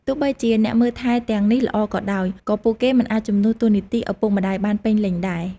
ទោះបីជាអ្នកមើលថែទាំងនេះល្អក៏ដោយ ក៏ពួកគេមិនអាចជំនួសតួនាទីឪពុកម្ដាយបានពេញលេញដែរ។